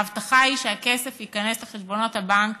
ההבטחה היא שהכסף ייכנס לחשבונות הבנק